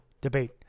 debate